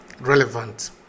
relevant